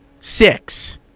six